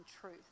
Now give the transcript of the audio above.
truth